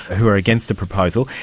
who are against the proposal.